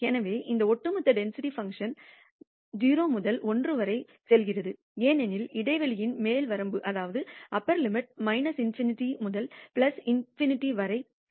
எனவே இந்த ஒட்டுமொத்த டென்சிட்டி பங்க்ஷன் 0 முதல் 1 வரை செல்கிறது ஏனெனில் இடைவெளியின் மேல் வரம்பு ∞ முதல் ∞ வரை செல்கிறது